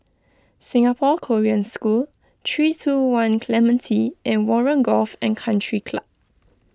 Singapore Korean School three two one Clementi and Warren Golf and Country Club